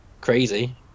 crazy